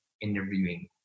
interviewing